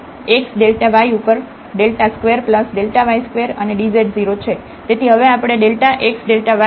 તેથી આ z delta xyઉપર xસ્ક્વેર yસ્ક્વેર અને dz 0 છે